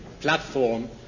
platform